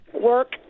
Work